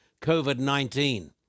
COVID-19